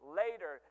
later